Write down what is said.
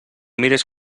mires